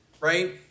right